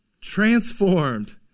transformed